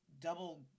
double